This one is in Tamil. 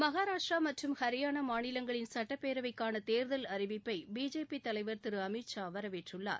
மஹாராஷ்டிரா மற்றும் ஹரியானா மாநிலங்களின் சட்டப்பேரவைக்கான தேர்தல் அறிவிப்பை பிஜேபி தலைவர் திரு அமித்ஷா வரவேற்றுள்ளார்